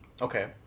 okay